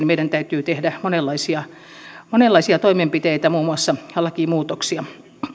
meidän suomessakin täytyy tehdä monenlaisia monenlaisia toimenpiteitä muun muassa lakimuutoksia